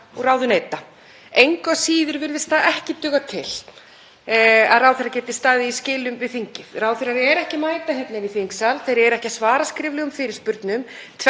og ráðuneyta. Engu að síður virðist það ekki duga til að ráðherrar geti staðið í skilum við þingið. Ráðherrar eru ekki mæta hingað inn í þingsal. Þeir eru ekki að svara skriflegum fyrirspurnum.